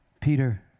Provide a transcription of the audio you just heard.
Peter